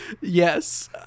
Yes